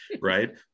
Right